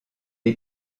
est